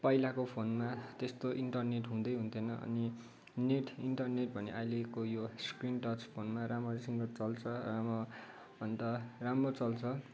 पहिलाको फोनमा त्यस्तो इन्टरनेट हुँदै हुन्थेन अनि नेट इन्टरनेट भने अहिलेको यो स्क्रिन टच फोनमा राम्रोसँग चल्छ अब अन्त राम्रो चल्छ